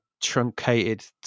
truncated